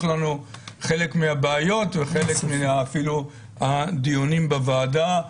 לנו חלק מהבעיות וחלק מהדיונים בוועדה אפילו,